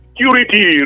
Security